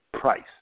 price